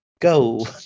go